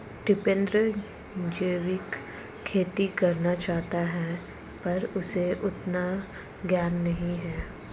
टिपेंद्र जैविक खेती करना चाहता है पर उसे उतना ज्ञान नही है